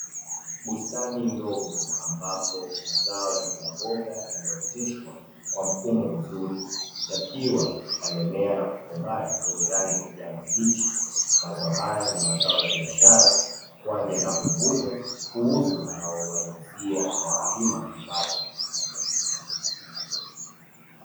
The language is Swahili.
Bustani ndogo ambapo mazao ya mbogamboga yameoteshwa kwa mfumo mzuri yakiwa yamemea na kukomaa yenye rangi ya kijani kibichi. Mazao haya ni mazao ya Biashara kwani yanapovunwa huuzwa na kuwaingizia wakulima kipato.